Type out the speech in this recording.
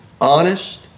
honest